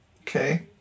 Okay